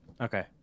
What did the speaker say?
Okay